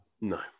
No